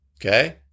Okay